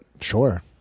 Sure